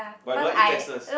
but I don't want to eat Texas